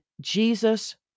Jesus